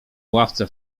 ławce